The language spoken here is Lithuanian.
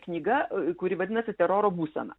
knyga kuri vadinasi teroro būsena